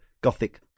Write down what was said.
gothic